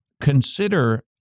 Consider